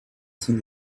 sind